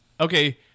Okay